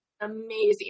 amazing